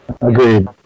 Agreed